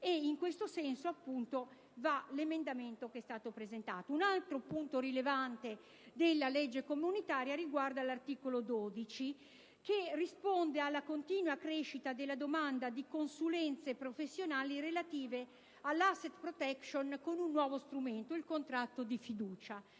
In tal senso, va l'emendamento 11.202 da noi presentato. Un altro punto rilevante della legge comunitaria riguarda l'articolo 12, che risponde alla continua crescita della domanda di consulenze professionali relative all'*asset protection* con un nuovo strumento, il contratto di fiducia.